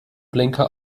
blinker